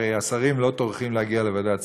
הרי השרים לא טורחים להגיע לוועדת שרים,